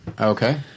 Okay